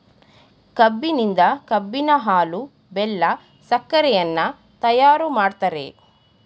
ಕಬ್ಬಿನಿಂದ ಕಬ್ಬಿನ ಹಾಲು, ಬೆಲ್ಲ, ಸಕ್ಕರೆಯನ್ನ ತಯಾರು ಮಾಡ್ತರೆ